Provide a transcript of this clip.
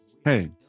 hey